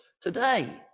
today